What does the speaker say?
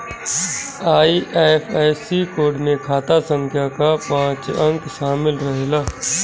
IFSC code में खाता संख्या कअ पांच अंक शामिल रहेला